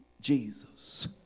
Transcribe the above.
Jesus